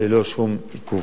ללא שום עיכוב.